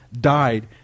died